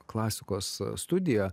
klasikos studiją